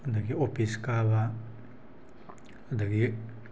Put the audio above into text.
ꯑꯗꯒꯤ ꯑꯣꯐꯤꯁ ꯀꯥꯕ ꯑꯗꯒꯤ